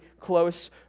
close